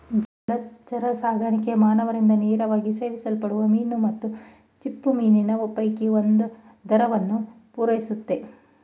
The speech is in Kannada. ಜಲಚರಸಾಕಣೆ ಮಾನವರಿಂದ ನೇರವಾಗಿ ಸೇವಿಸಲ್ಪಡೋ ಮೀನು ಮತ್ತು ಚಿಪ್ಪುಮೀನಿನ ಪೈಕಿ ಒಂದರ್ಧವನ್ನು ಪೂರೈಸುತ್ತೆ